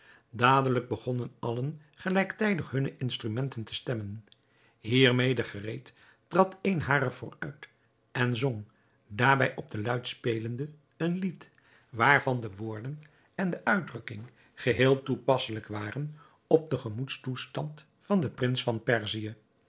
dadelijk begonnen allen gelijktijdig hunne instrumenten te stemmen hiermede gereed trad eene harer vooruit en zong daarbij op de luit spelende een lied waarvan de woorden en de uitdrukking geheel toepasselijk waren op den gemoedstoestand van den prins van perzië